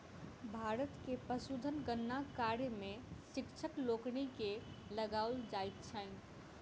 भारत मे पशुधन गणना कार्य मे शिक्षक लोकनि के लगाओल जाइत छैन